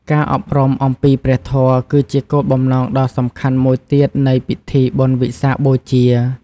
ការអប់រំអំពីព្រះធម៌ គឺជាគោលបំណងដ៏សំខាន់មួយទៀតនៃពិធីបុណ្យវិសាខបូជា។